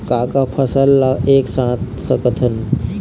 का का फसल ला एक साथ ले सकत हन?